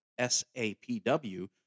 SAPW